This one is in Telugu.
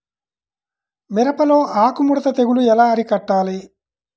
మిరపలో ఆకు ముడత తెగులు ఎలా అరికట్టాలి?